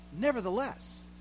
Nevertheless